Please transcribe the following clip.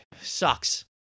Sucks